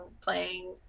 playing